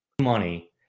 money